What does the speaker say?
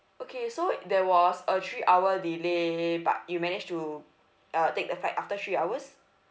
okay so there was a three hour delay but you managed to uh take the flight after three hours